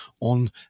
on